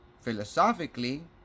philosophically